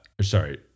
sorry